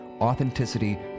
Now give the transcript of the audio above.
authenticity